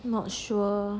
not sure